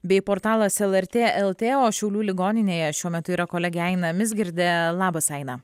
bei portalas lrt lt o šiaulių ligoninėje šiuo metu yra kolege aina mizgirdė labas aina